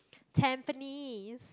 Tampines